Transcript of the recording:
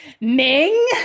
Ming